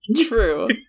True